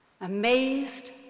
Amazed